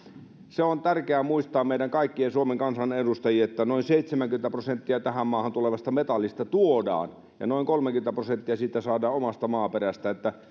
on tärkeä muistaa meidän kaikkien suomen kansanedustajien että noin seitsemänkymmentä prosenttia tähän maahan tulevasta metallista tuodaan ja noin kolmekymmentä prosenttia siitä saadaan omasta maaperästä niin että